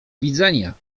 widzenia